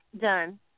done